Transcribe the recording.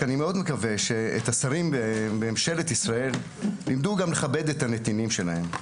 אני מקווה שאת השרים בממשלת ישראל לימדו לכבד את הנתינים שלהם.